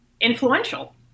influential